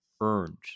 earned